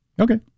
Okay